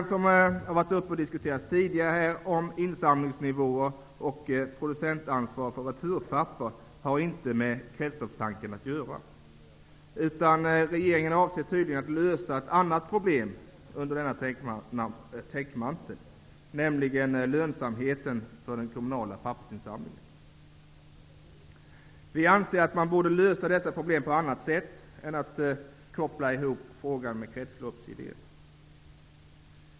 Den fråga som tidigare diskuterats här och som handlar om insamlingsnivåer och producentansvar för returpapper har inte med kretsloppstanken att göra. Regeringen avser tydligen att lösa ett annat problem under denna täckmantel -- nämligen lönsamheten när det gäller den kommunala pappersinsamlingen. Vi anser att man borde lösa dessa problem på annat sätt, dvs. att man inte skall koppla ihop frågan med kretsloppsidén.